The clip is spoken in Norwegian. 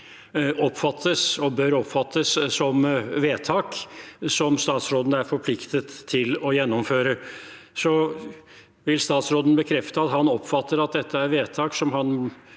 styringssystem oppfattes som et vedtak som statsråden er forpliktet til å gjennomføre? Vil statsråden bekrefte at han oppfatter at dette er et vedtak som han